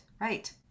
right